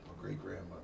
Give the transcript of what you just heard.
great-grandmother